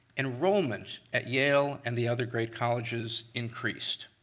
enrollment at yale and the other great colleges increased,